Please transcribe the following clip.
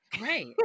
Right